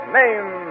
name